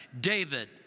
David